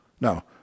No